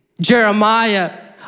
Jeremiah